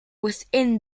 within